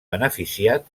beneficiat